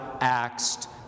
asked